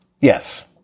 Yes